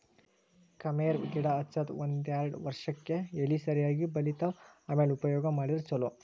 ಕರ್ಮೇವ್ ಗಿಡಾ ಹಚ್ಚದ ಒಂದ್ಯಾರ್ಡ್ ವರ್ಷಕ್ಕೆ ಎಲಿ ಸರಿಯಾಗಿ ಬಲಿತಾವ ಆಮ್ಯಾಲ ಉಪಯೋಗ ಮಾಡಿದ್ರ ಛಲೋ